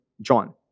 John